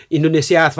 Indonesia